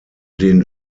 den